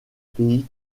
pays